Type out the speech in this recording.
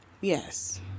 Yes